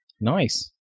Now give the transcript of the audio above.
Nice